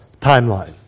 timeline